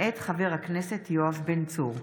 מאת חבר הכנסת יואב בן צור,